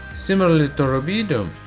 similarly to rubidium,